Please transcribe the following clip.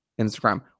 Instagram